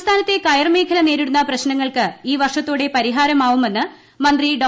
സംസ്ഥാനത്തെ കയർ മേഖല നേരിടുന്ന പ്രശ്നങ്ങൾക്ക് ഈ വർഷത്തോടെ പരിഹാരമാവുമെന്ന് മന്ത്രി ഡോ